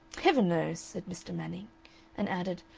heaven knows! said mr. manning and added,